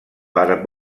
per